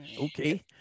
Okay